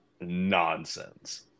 nonsense